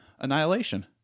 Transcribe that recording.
Annihilation